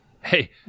Hey